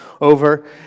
over